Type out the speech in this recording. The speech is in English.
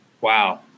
Wow